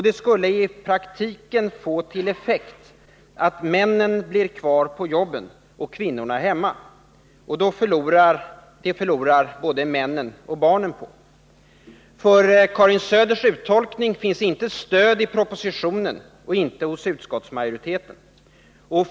Det skulle i praktiken få till effekt att männen blir kvar på jobben och kvinnorna blir hemma. Det förlorar både männen och barnen på. För Karin Söders uttolkning finns inte något stöd i propositionen eller hos utskottsmajoriteten.